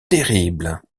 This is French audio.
terrible